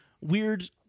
weird